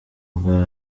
ubwo